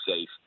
safe